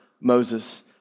Moses